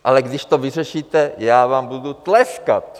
Ale když to vyřešíte, já vám budu tleskat.